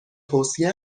توصیه